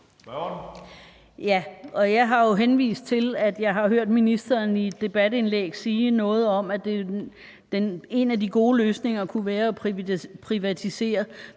jeg har jo henvist til, at jeg har hørt ministeren i et debatindlæg sige noget om, at en af de gode løsninger kunne være at privatisere.